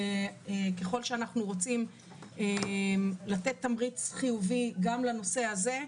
שככל שאנחנו רוצים לתת תמריץ חיובי גם לנושא הזה,